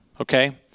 okay